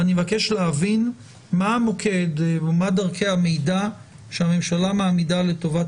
אני מבקש להבין מה המוקד ומה דרכי המידע שהממשלה מעמידה לטובת